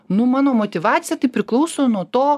nu mano motyvacija tai priklauso nuo to